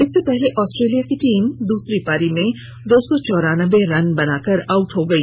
इससे पहले ऑस्ट्रेलिया की टीम दूसरी पारी में दो सौ चौरानबे रन बनाकर आउट हो गई